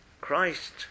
Christ